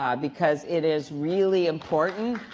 um because it is really important